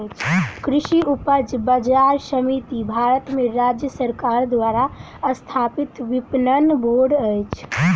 कृषि उपज बजार समिति भारत में राज्य सरकार द्वारा स्थापित विपणन बोर्ड अछि